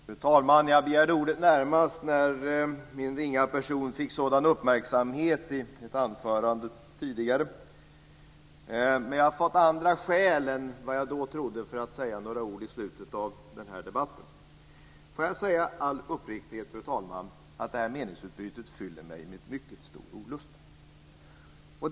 Fru talman! Jag begärde närmast ordet när min ringa person fick sådan uppmärksamhet i ett anförande tidigare. Men jag har fått andra skäl än vad jag då trodde för att säga några ord i slutet av den här debatten. Får jag i all uppriktighet säga, fru talman, att det här meningsutbytet fyller mig med mycket stor olust.